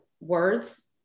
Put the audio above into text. words